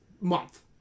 month